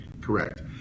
correct